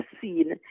seen